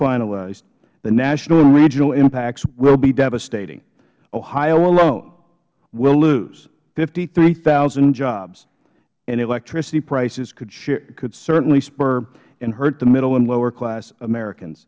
finalized the national and regional impacts will be devastating ohio alone will lose fifty three thousand jobs and electricity prices could certainly spur and hurt the middle and lower class americans